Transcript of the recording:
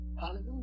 Hallelujah